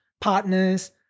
partners